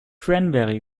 cranberry